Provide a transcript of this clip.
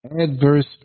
Adverse